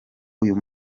uyu